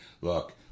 look